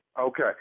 Okay